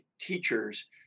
teachers